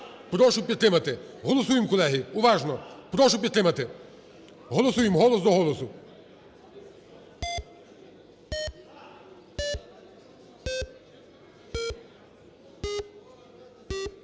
прошу підтримати. Голосуємо, колеги. Уважно! Прошу підтримати. Голосуємо голос до голосу.